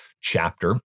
chapter